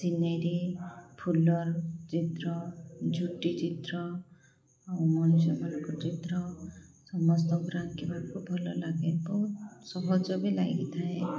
scenery ଫୁଲର ଚିତ୍ର ଝୋଟି ଚିତ୍ର ଆଉ ମଣିଷ ମାରଙ୍କ ଚିତ୍ର ସମସ୍ତଙ୍କୁ ଆଙ୍କିବାକୁ ଭଲଲାଗେ ବହୁତ ସହଜ ବି ଲାଗିଥାଏ